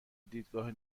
دیدگاه